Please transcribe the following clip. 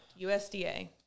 USDA